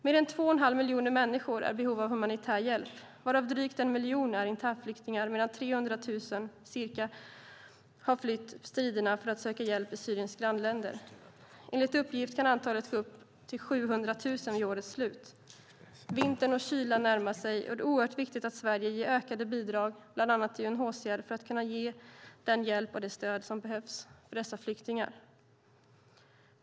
Mer än två och en halv miljon människor är i behov av humanitär hjälp. Drygt en miljon är internflyktingar, medan ca 300 000 personer har flytt striderna för att söka hjälp i Syriens grannländer. Enligt uppgifter kan antalet uppgå till 700 000 vid årets slut. Vintern och kylan närmar sig, och det är oerhört viktigt att Sverige ger ökade bidrag bland annat till UNHCR för att kunna ge den hjälp och det stöd som behövs till dessa flyktingar.